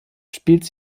spielte